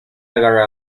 agarra